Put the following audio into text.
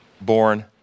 born